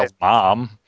mom